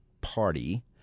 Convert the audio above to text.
party